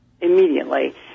immediately